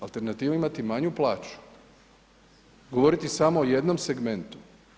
Alternativa je imati manju plaću, govoriti samo o jednom segmentu.